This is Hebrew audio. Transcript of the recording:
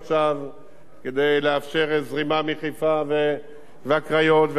כדי לאפשר זרימה מחיפה והקריות ועכו נהרייה,